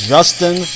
Justin